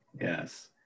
yes